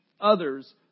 others